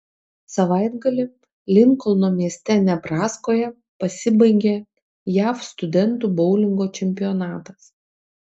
savaitgalį linkolno mieste nebraskoje pasibaigė jav studentų boulingo čempionatas